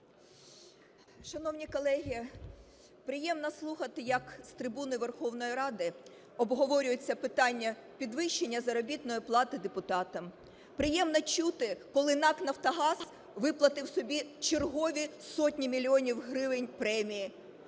Шановні колеги, приємно слухати, як з трибуни Верховної Ради обговорюються питання підвищення заробітної плати депутатам, приємно чути, коли НАК "Нафтогаз" виплатив собі чергові сотні мільйонів гривень премії,